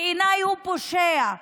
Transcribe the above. בעיניי הוא פושע,